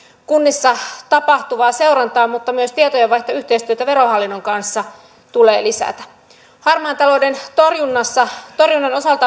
kunnissa tapahtuvaa seurantaa mutta myös tietojenvaihtoyhteistyötä verohallinnon kanssa tulee lisätä harmaan talouden torjunnan osalta